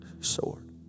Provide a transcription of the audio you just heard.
sword